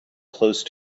close